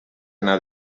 anà